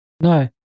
no